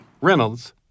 reynolds